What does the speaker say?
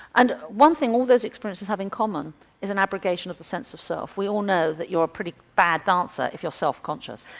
and one thing all those experiences have in common is an abrogation of the sense of self. we all know that you're a pretty bad dancer if you're self conscious.